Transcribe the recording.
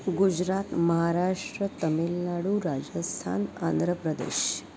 गुजरात् महाराष्ट्रः तमिल्नाडु राजस्थान् आन्ध्रप्रदेशः